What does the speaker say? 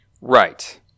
Right